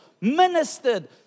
ministered